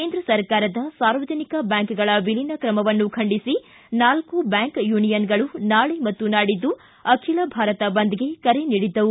ಕೇಂದ್ರ ಸರಕಾರದ ಸಾರ್ವಜನಿಕ ಬ್ಯಾಂಕ್ಗಳ ವಿಲೀನ ತ್ರಮವನ್ನು ಖಂಡಿಸಿ ನಾಲ್ಕು ಬ್ಯಾಂಕ್ ಯೂನಿಯನ್ಗಳು ನಾಳೆ ಮತ್ತು ನಾಡಿದ್ದು ಅಖಿಲ ಭಾರತ ಬಂದ್ಗೆ ಕರೆ ನೀಡಿದ್ದವು